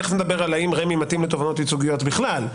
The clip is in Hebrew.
תכף נדבר האם רמ"י מתאימה לתובענות ייצוגיות בכלל,